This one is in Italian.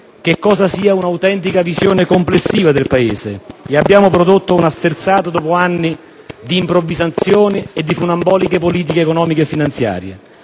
che cosa sia un'autentica visione complessiva del Paese e abbiamo prodotto una sterzata dopo anni di improvvisazione e di funamboliche politiche economiche e finanziarie.